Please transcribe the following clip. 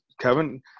Kevin